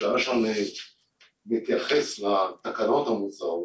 בשעה שאני מתייחס לתקנות המוצעות,